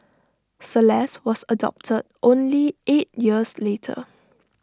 celeste was adopted only eight years later